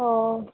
हँ